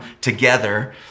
together